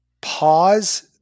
pause